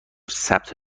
ثبت